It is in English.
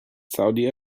saudi